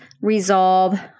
resolve